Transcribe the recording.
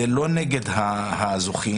זה לא נגד הזוכים.